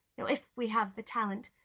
you know if we have the talent,